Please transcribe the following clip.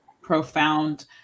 profound